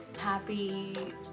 Happy